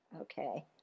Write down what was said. Okay